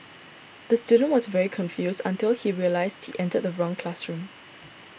the student was very confused until he realised he entered the wrong classroom